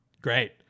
Great